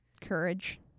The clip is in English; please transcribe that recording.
Courage